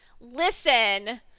Listen